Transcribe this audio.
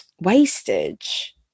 wastage